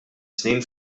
snin